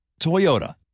Toyota